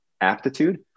aptitude